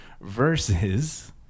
versus